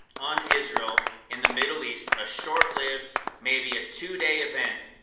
on israel in the middle east a short-lived maybe a two-day event